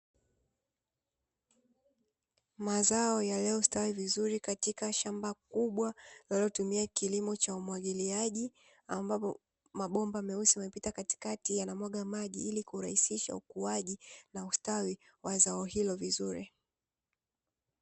Mazao yaliyostawi vizuri katika shamba kubwa, linalotumia kilimo cha umwagiliaji. Ambapo mabomba meusi yamepita katikati yanamwaga maji, ili kurahisisha ukuaji na ustawi wa zao hilo vizuri.